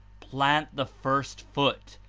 plant the first foot,